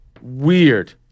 Weird